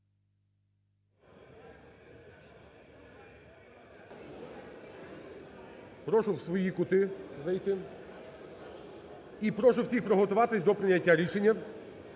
Прошу в свої кути зайти. І прошу всіх приготуватись до прийняття рішення.